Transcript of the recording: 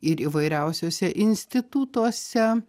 ir įvairiausiuose institutuose